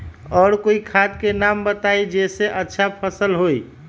और कोइ खाद के नाम बताई जेसे अच्छा फसल होई?